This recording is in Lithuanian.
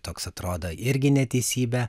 toks atrodo irgi neteisybė